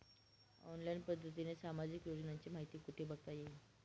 Online पद्धतीने सामाजिक योजनांची माहिती कुठे बघता येईल?